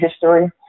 history